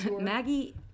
maggie